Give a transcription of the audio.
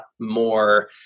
more